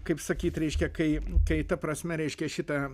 kaip sakyt reiškia kai tai ta prasme reiškia šitą